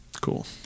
Cool